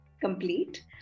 complete